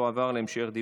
התשפ"א 2021,